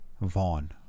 Vaughn